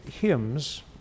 hymns